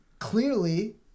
Clearly